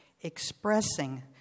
expressing